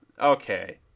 Okay